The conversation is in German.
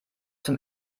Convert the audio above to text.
zum